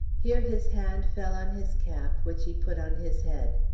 here his hand fell on his cap, which he put on his head.